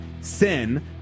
sin